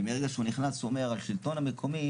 וברגע שהוא נכנס, הוא אומר השלטון המקומי